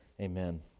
amen